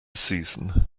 season